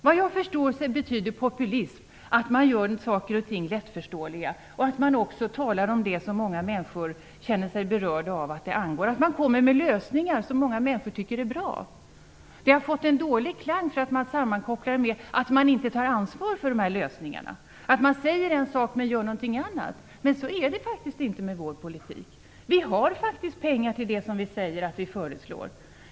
Vad jag förstår betyder populism att man gör saker och ting lättförståeliga och att man talar om det som många människor känner sig berörda av och som angår dem och att man kommer med lösningar som många människor tycker är bra. Ordet har fått en dålig klang därför att man sammankopplar det med att inte ta ansvar för dessa lösningar, att man säger en sak, men gör någonting annat. Så är det faktiskt inte med vår politik. Vi har faktiskt pengar till det vi föreslår.